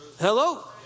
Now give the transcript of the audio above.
Hello